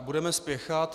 Budeme spěchat.